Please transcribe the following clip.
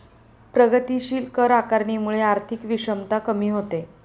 प्रगतीशील कर आकारणीमुळे आर्थिक विषमता कमी होते